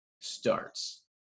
starts